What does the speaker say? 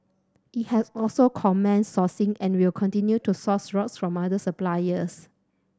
it has also commenced sourcing and will continue to source rocks from other suppliers